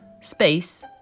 space